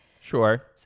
Sure